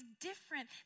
different